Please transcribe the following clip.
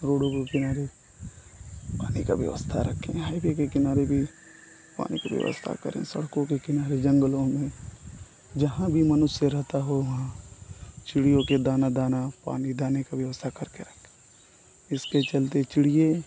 रोडों को किनारे पानी का व्यवस्था रखें हाइवे के किनारे भी पानी की व्यवस्था करें सड़कों के किनारे जंगलों में जहाँ भी मनुष्य रहता हो वहाँ चिड़ियों का दाना दाना पानी दाने की व्यवस्था करके रखें इसके चलते चिड़ियों